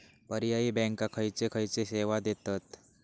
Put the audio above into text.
पर्यायी बँका खयचे खयचे सेवा देतत?